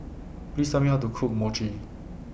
Please Tell Me How to Cook Mochi